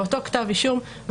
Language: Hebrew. באותו כתב אישום,